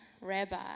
rabbi